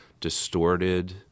distorted